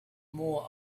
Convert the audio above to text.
more